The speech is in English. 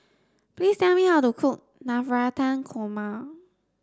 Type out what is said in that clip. please tell me how to cook Navratan Korma